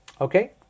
Okay